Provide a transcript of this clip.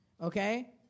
Okay